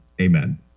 amen